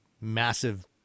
massive